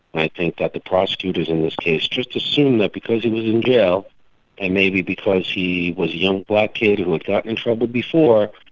i think that the prosecutors in this case just assumed that because he was in jail and maybe because he was a young black kid who had gotten in trouble before,